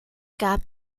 gab